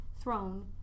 throne